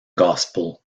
gospel